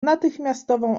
natychmiastową